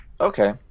Okay